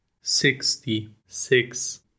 Sixty-six